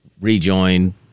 Rejoin